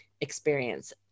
experience